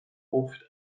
oft